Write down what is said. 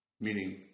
Meaning